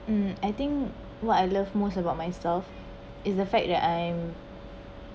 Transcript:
um I think what I love most about myself is the fact that I’m